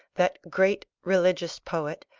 that great religious poet,